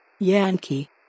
Yankee